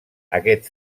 aquest